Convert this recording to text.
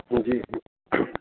जी जी